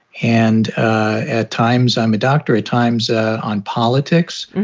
and at times i'm a doctor at times ah on politics,